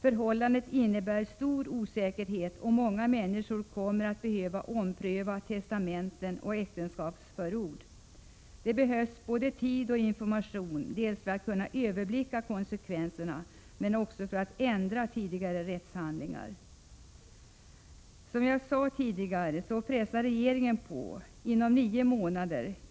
Förhållandet innebär stor osäkerhet, och många människor kommer att behöva ompröva testamenten och äktenskapsförord. Det behövs både tid och information dels för att kunna överblicka konsekvenserna, dels för att ändra tidigare rättshandlingar. Som jag sade tidigare pressar regeringen på.